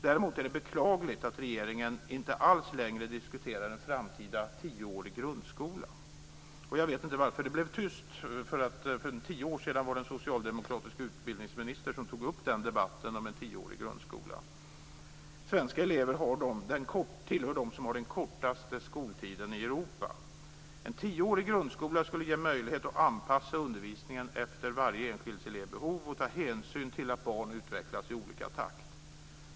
Däremot är det beklagligt att regeringen inte alls längre diskuterar en framtida tioårig grundskola. Jag vet inte varför det blev tyst. För tio år sedan var det en socialdemokratisk utbildningsminister som tog upp debatten om en tioårig grundskola. Svenska elever tillhör dem som har den kortaste skoltiden i Europa. En tioårig grundskola skulle ge möjlighet att anpassa undervisningen efter varje enskild elevs behov och ta hänsyn till att barn utvecklas i olika takt.